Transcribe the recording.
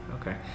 okay